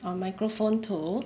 a microphone to